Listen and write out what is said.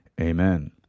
amen